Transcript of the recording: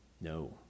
No